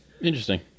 Interesting